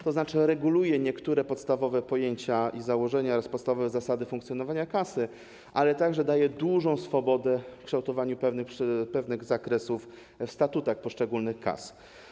To znaczy reguluje niektóre podstawowe pojęcia i założenia oraz podstawowe zasady funkcjonowania kasy, ale także daje dużą swobodę w kształtowaniu pewnych zakresów w statutach poszczególnych kas.